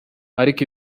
ariko